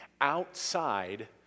outside